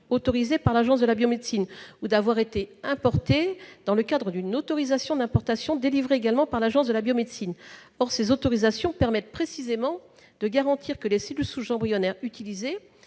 autorisé par l'Agence de la biomédecine ou d'avoir été importées dans le cadre d'une autorisation d'importation également délivrée par l'Agence de la biomédecine. Or ces autorisations permettent précisément de garantir que les cellules souches embryonnaires utilisées